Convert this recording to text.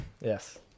yes